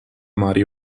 mari